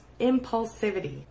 impulsivity